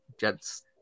Jets